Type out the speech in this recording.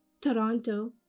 toronto